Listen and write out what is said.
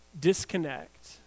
disconnect